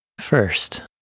First